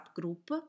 group